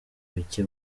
mike